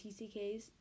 TCKs